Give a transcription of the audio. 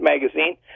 magazine